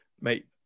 Mate